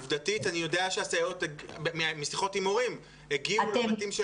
עובדתית אני יודע משיחות עם הורים שהסייעות הגיעו לבתים של